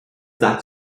that